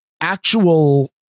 actual